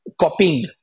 copying